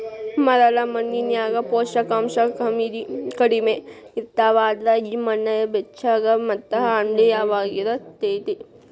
ಮರಳ ಮಣ್ಣಿನ್ಯಾಗ ಪೋಷಕಾಂಶ ಕಡಿಮಿ ಇರ್ತಾವ, ಅದ್ರ ಈ ಮಣ್ಣ ಬೆಚ್ಚಗ ಮತ್ತ ಆಮ್ಲಿಯವಾಗಿರತೇತಿ